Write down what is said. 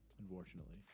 unfortunately